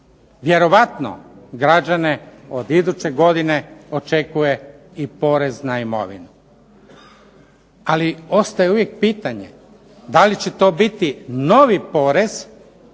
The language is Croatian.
vjerojatno građane od iduće godine očekuje i porez na imovinu. Ali ostaje uvijek pitanje da li će to biti novi porez